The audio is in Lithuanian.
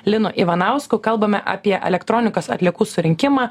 linu ivanausku kalbame apie elektronikos atliekų surinkimą